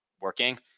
working